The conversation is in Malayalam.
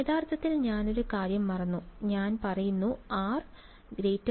യഥാർത്ഥത്തിൽ ഞാൻ ഒരു കാര്യം മറന്നു ഞാൻ പറയുന്നു r 0